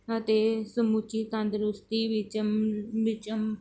ਅਤੇ ਸਮੁੱਚੀ ਤੰਦਰੁਸਤੀ ਵਿੱਚ ਵਿੱਚ